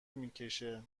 میکشه